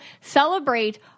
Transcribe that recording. celebrate